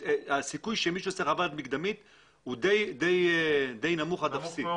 הסיכוי שמישהו ירצה חוות דעת מקדמית הוא די נמוך עד אפסי.